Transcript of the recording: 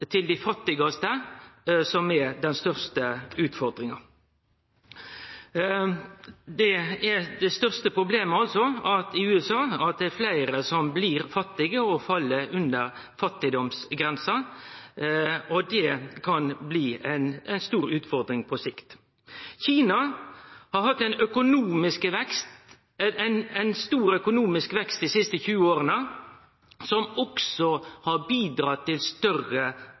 til dei fattigaste som er den største utfordringa. Det største problemet i USA er altså at det er fleire som blir fattige og som fell under fattigdomsgrensa. Det kan bli ei stor utfordring på sikt. Kina har hatt ein sterk økonomisk vekst dei siste 20 åra, som også har bidratt til større